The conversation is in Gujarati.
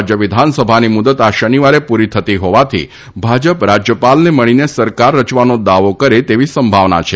રાજ્ય વિધાનસભાની મુદ્દત આ શનિવારે પૂરી થતી હોવાથી ભાજપ રાજ્યપાલને મળીને સરકાર રચવાનો દાવો કરે તેવી સંભાવના છે